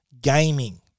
gaming